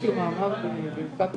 גשי להיבדק,